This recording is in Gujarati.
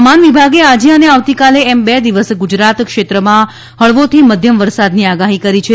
હવામાન વિભાગે આજે અને આવતીકાલે એમ બે દિવસ ગુજરાતક્ષેત્રમાં હળવાથી મધ્યમ વરસાદની આગાહી કરી છે